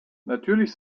natürlich